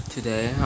Today